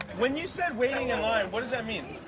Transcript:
when you said waiting in line, what does that mean?